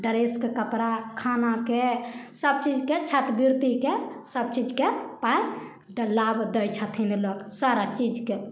डरेसके कपड़ा खानाके सब चीजके छात्रवृतिके सब चीजके पाइ दे लाभ दैत छथिन सारा चीजके